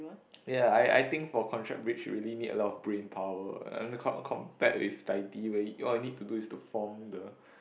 ya I I think for contract bridge you really need a lot of brain power and compared with Taiti where all you need to do is to form the